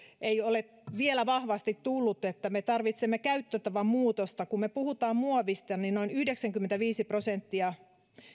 ei ole vielä vahvasti tullut esiin me tarvitsemme käyttötavan muutosta kun me puhumme muovista niin noin yhdeksänkymmentäviisi prosenttia